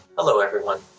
hello everyone.